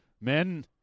men